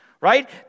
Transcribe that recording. right